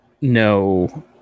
no